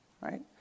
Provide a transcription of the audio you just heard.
right